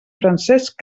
francesc